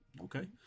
Okay